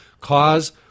cause